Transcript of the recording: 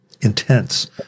intense